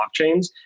blockchains